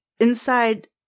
inside